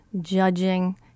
judging